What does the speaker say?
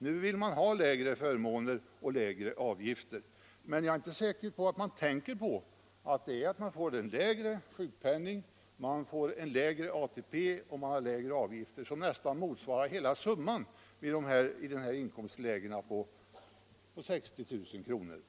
Nu vill man ha minskade förmåner och lägre avgifter. Men jag är inte säker på att man tänker på att det innebär att egenföretagaren får lägre sjukpenning och lägre ATP. Det motsvarar nästan hela summan i inkomstlägena på ungefär 60 000 kr.